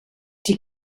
die